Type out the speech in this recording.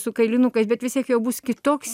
su kailinukais bet vis tiek jau bus kitoks